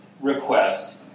request